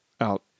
out